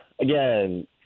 again